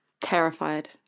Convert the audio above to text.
Terrified